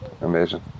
amazing